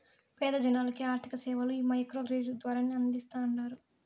పేద జనాలకి ఆర్థిక సేవలు ఈ మైక్రో క్రెడిట్ ద్వారానే అందిస్తాండారు